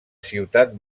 ciutat